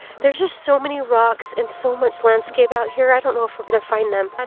there's just so many rocks and so much landscape out here, i don't know if we're gonna find them. and